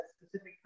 specific